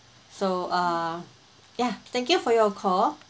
so uh yeah thank you for your call